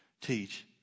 teach